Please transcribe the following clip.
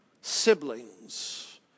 Siblings